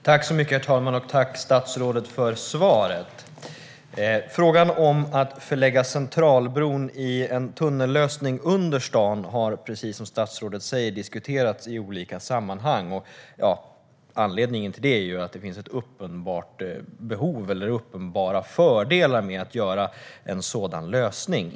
Herr talman! Jag tackar statsrådet för svaret. Frågan om att förlägga Centralbron i en tunnellösning under staden har, precis som statsrådet säger, diskuterats i olika sammanhang. Anledningen till det är att det finns uppenbara fördelar med en sådan lösning.